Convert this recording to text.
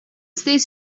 states